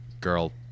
girl